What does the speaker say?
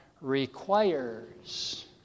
requires